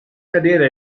carriera